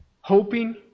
hoping